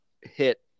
hit